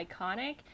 iconic